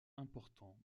important